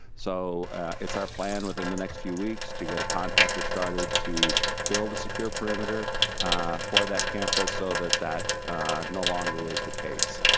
so it's our plan within the next few weeks to get a contractor started to build a secure perimeter for that campus so that that no longer is the case.